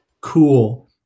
cool